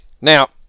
Now